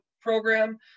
program